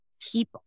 keep